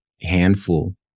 handful